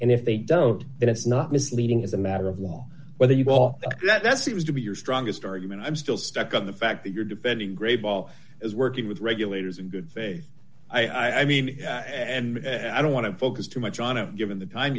and if they don't and it's not misleading as a matter of law whether you call that seems to be your strongest argument i'm still stuck on the fact that you're defending gray ball as working with regulators in good faith i mean and i don't want to focus too much on it given the time